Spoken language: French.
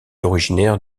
originaire